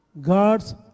God's